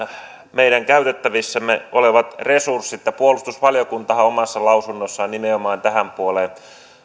meidän käytettävissämme olevat resurssit puolustusvaliokuntahan omassa lausunnossaan nimenomaan tähän puoleen